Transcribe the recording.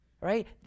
right